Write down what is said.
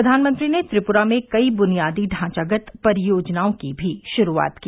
प्रधानमंत्री ने त्रिपुरा में कई ब्नियादी ढांचागत परियोजनाओं की भी शुरुआत की